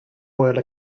royal